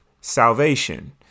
salvation